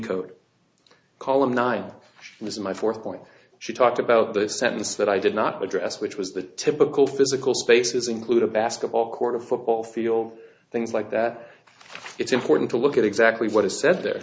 code column nine this is my fourth point she talked about the sentence that i did not address which was the typical physical spaces include a basketball court a football field things like that it's important to look at exactly what is said the